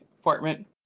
apartment